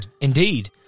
indeed